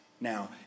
now